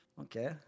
okay